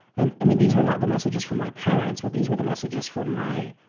and i mean, these were not the messages from my parents but these were the messages from my